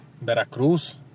Veracruz